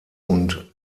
und